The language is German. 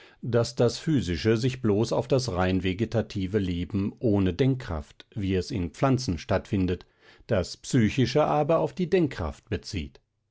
daß das physische sich bloß auf das rein vegetative leben ohne denkkraft wie es in pflanzen stattfindet das psychische aber auf die denkkraft bezieht